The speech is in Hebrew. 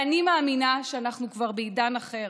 אני מאמינה שאנחנו כבר בעידן אחר,